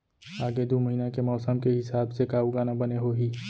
आगे दू महीना के मौसम के हिसाब से का उगाना बने होही?